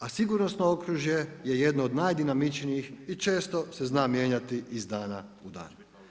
A sigurnosno okružje je jedno od najdinamičnijih i često se zna mijenjati iz dana u dan.